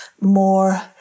more